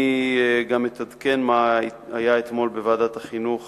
אני גם אתעדכן מה היה אתמול בוועדת החינוך